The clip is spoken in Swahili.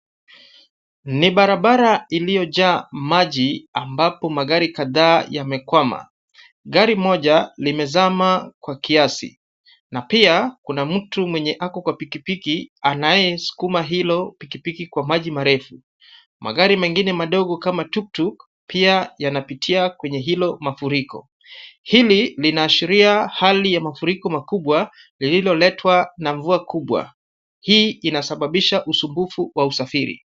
Ni barabara iliyojaa maji ambapo magari kadhaa yamekwama. Gari moja limezama kwa kiasi na pia kuna mtu mwenye ako kwa pikipiki anayesukuma hilo pikipiki kwa maji marefu. Magari mengine madogo kama tuk tuk pia yanapitia kwenye hilo mafuriko. Hili linaashiria hali ya mafuriko makubwa lililoletwa na mvua kubwa. Hii inasababisha usumbufu wa usafiri.